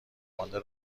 مانده